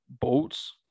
boats